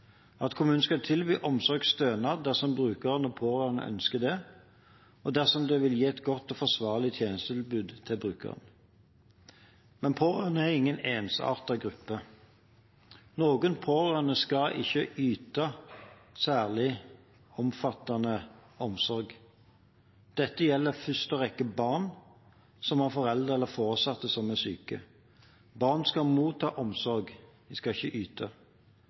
at kommunen skal tilby omsorgsstønad dersom brukeren og de pårørende ønsker det, og dersom det vil gi et godt og forsvarlig tjenestetilbud til brukeren. Pårørende er ingen ensartet gruppe. Noen pårørende skal ikke yte særlig omfattende omsorg. Dette gjelder i første rekke barn som har foreldre eller foresatte som er syke. Barn skal motta omsorg, de skal ikke yte.